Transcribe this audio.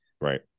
right